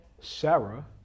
Sarah